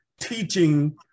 teaching